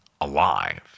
alive